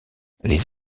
les